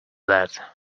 that